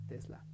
Tesla